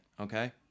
okay